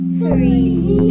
three